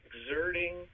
exerting